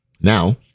Now